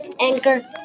Anchor